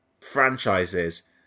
franchises